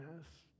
yes